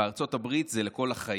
ובארצות הברית זה לכל החיים.